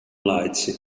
laitsje